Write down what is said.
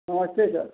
नमस्ते सर